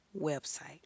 website